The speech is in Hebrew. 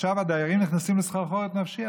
ועכשיו הדיירים נכנסים לסחרחורת נפשית,